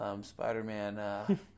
Spider-Man